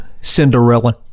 Cinderella